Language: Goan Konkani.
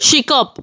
शिकप